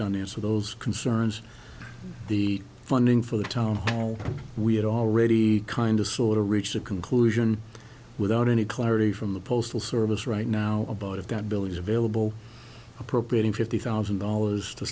done answer those concerns the funding for the town hall we had already kind of sort of reached a conclusion without any clarity from the postal service right now about if that bill is available appropriating fifty thousand dollars to